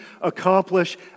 accomplish